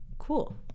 cool